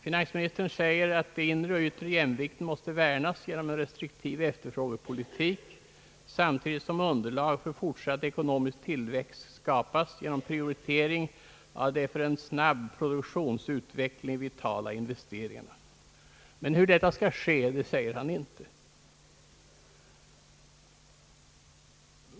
Finansministern anför att den inre och yttre jämvikten måste värnas genom en restriktiv efterfrågepolitik samtidigt som underlag för fortsatt ekonomisk tillväxt skapas genom prioritering av de för en snabb produktionsutveckling vitala investeringarna. Men hur detta skall genomföras säger han inte.